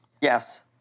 Yes